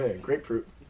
Grapefruit